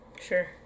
Sure